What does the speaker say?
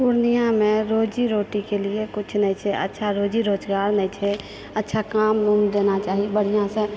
पूर्णियामे रोजी रोटीके लिअ कुछ नहि छै अच्छा रोजी रोजगार नहि छै अच्छा काम वुम देना चाही बढ़िआँसँ